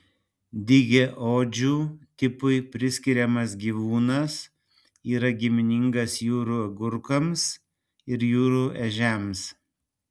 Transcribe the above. dygiaodžių tipui priskiriamas gyvūnas yra giminingas jūrų agurkams ir jūrų ežiams